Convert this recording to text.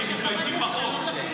כי הם מתביישים בחוק.